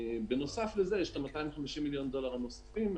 בנוסף לזה יש את ה-250 מיליון דולר הנוספים.